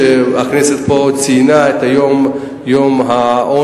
והכנסת פה ציינה את יום העוני,